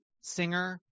singer